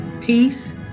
Peace